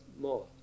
more